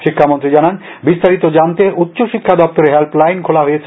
শিক্ষামন্ত্রী জানান বিস্তারিত জানতে উষ্চ শিক্ষা দপ্তরে হেল্প লাইন খোলা হয়েছে